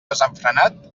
desenfrenat